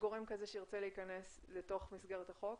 כל גורם כזה שירצה להיכנס לתוך מסגרת החוק,